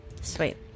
sweet